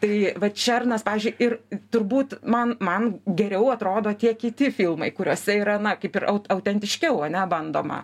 tai vat šernas pavyzdžiui ir turbūt man man geriau atrodo tie kiti filmai kuriuose yra na kaip ir autentiškiau ane bandoma